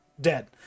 dead